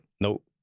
Nope